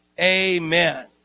amen